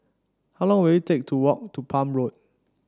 how long will it take to walk to Palm Road